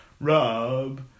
Rob